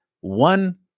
one